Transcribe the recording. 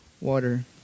water